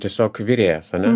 tiesiog virėjas ane